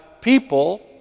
people